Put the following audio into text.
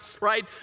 right